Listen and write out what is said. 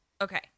Okay